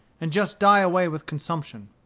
and just die away with consumption.